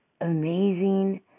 amazing